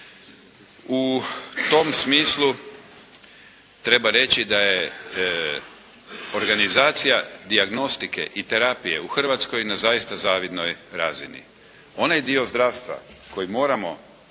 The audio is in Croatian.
U tom smislu treba reći da je organizacija dijagnostike i terapije u Hrvatskoj na zaista zavidnoj razini. Onaj dio zdravstva kojeg moramo